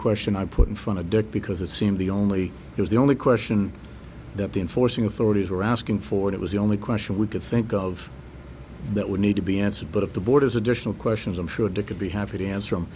question i put in front of that because it seemed the only it was the only question that the enforcing authorities were asking for it was the only question we could think of that would need to be answered but if the board is additional questions i'm sure they could be happy to answer